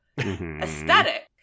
aesthetic